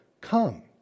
come